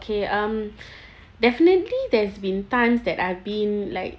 um definitely there's been times that I've been like